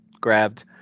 grabbed